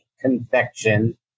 confection